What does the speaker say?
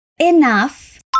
enough